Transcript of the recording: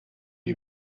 you